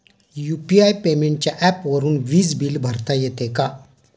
UPI पेमेंटच्या ऍपवरुन वीज बिल भरता येते का?